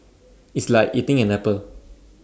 it's like eating an apple